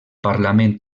parlament